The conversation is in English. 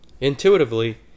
Intuitively